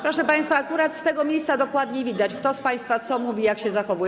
Proszę państwa, akurat z tego miejsca dokładnie widać, kto z państwa co mówi i jak się zachowuje.